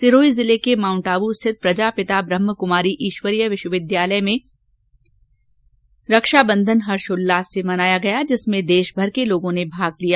सिरोही जिले के माउन्ट आबू स्थित प्रजापिता ब्रहमकुमारी ईश्वरीय विश्वविद्यालय में रक्षाबंधन हर्षोल्लास से मनाया गया जिसमें देशभर के लोगो ने भाग लिया